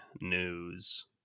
news